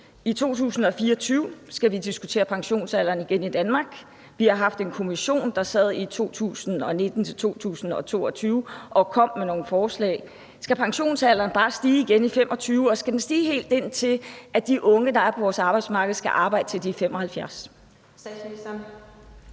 i 2024 skal vi igen diskutere pensionsalderen i Danmark. Vi har haft en kommission, der sad fra 2019-2022 og kom med nogle forslag. Skal pensionsalderen bare stige igen i 2025, og skal den stige, helt indtil at de unge, der er på vores arbejdsmarked, skal arbejde, til de er